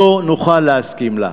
לא נוכל להסכים לה,